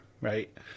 right